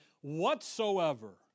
Whatsoever